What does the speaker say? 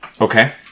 Okay